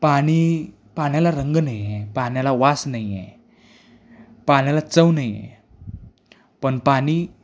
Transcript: पाणी पाण्याला रंग नाही आहे पाण्याला वास नाही आहे पाण्याला चव नाही आहे पण पाणी